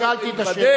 הדבר הזה ייבדק,